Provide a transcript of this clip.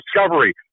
discovery